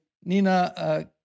Nina